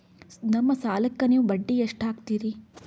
ನಮ್ಮ ಸಾಲಕ್ಕ ನೀವು ಬಡ್ಡಿ ಎಷ್ಟು ಹಾಕ್ತಿರಿ?